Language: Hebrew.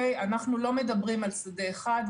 אנחנו לא מדברים על שדה אחד,